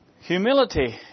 Humility